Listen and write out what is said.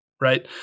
Right